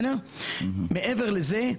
מעבר לזה,